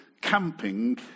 camping